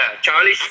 Charlie